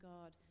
God